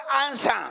answer